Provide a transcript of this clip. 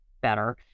better